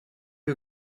you